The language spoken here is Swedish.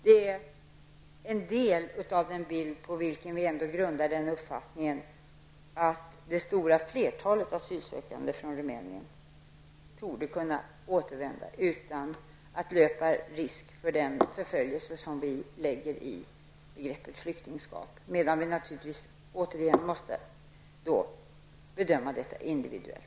Det är på en del av dessa faktorer vi har grundat uppfattningen att det stora flertalet asylsökande torde kunna återvända utan att löpa risk för den förföljelse som vi lägger in i begreppet flyktingskap. Vi måste dock naturligtvis bedöma ärendena individuellt.